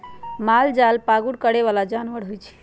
मालजाल पागुर करे बला जानवर होइ छइ